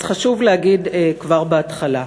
אז חשוב להגיד כבר בהתחלה: